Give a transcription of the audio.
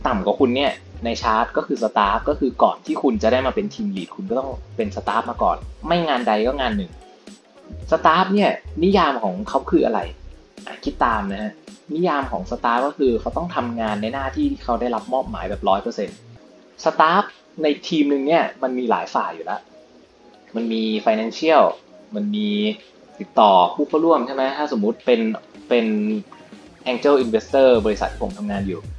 ต่ำกว่าคุณเนี่ยใน chart ก็คือ staff ก็คือก่อนที่คุณจะได้มาเป็น team lead คุณก็ต้องเป็น staff มาก่อน ไม่งานใดก็งานหนึ่ง staff เนี่ยนิยามของเขาคืออะไร? อ่ะคิดตามนะฮะ นิยามของ staff ก็คือเขาต้องทำงานในหน้าที่ที่เขาได้รับมอบหมายแบบ 100% staff ในทีมหนึ่งเนี่ยมันมีหลายฝ่ายอยู่แล้ว มันมี financial มันมีติดต่อผู้เข้าร่วมใช่มั้ย? ถ้าสมมุติเป็น- เป็น angel investor บริษัทที่ผมทำงานอยู่